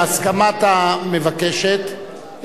בהסכמת המבקשת,